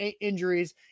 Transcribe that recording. injuries